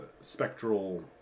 spectral